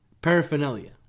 paraphernalia